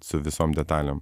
su visom detalėm